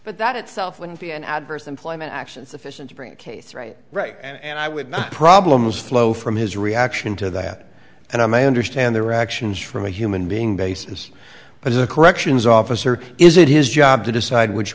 but that itself wouldn't be an adverse employment action sufficient to bring a case right right and i would not problems flow from his reaction to that and i may understand their actions from a human being basis but as a corrections officer is it his job to decide which